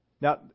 Now